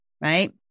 right